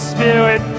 Spirit